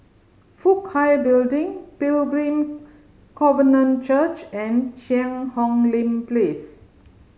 Fook Hai Building Pilgrim Covenant Church and Cheang Hong Lim Place